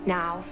now